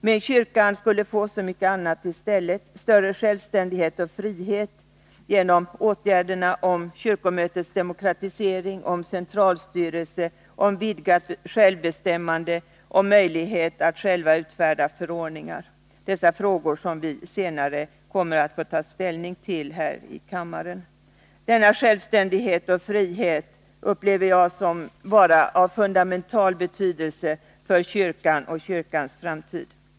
Men kyrkan skulle få så mycket annat i stället: större självständighet och frihet genom åtgärderna om kyrkomötets demokratisering, om centralstyrelse, om vidgat självbestämmande och om möjlighet att själv utfärda förordningar — dessa frågor som vi senare kommer att få ta ställning till här i kammaren. Denna självständighet och frihet upplever jag vara av fundamental betydelse för kyrkan och dess framtid.